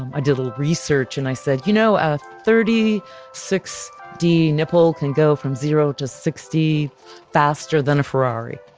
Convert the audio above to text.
i did a research and i said, you know a thirty six d nipple can go from zero to sixty faster than a ferrari.